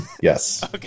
Yes